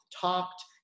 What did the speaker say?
talked